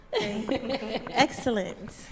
Excellent